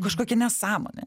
kažkokia nesąmonė